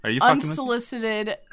unsolicited